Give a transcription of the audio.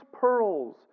pearls